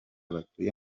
batuye